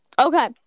Okay